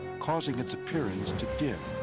causing its appearance to dim,